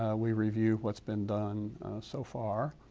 we review what's been done so far,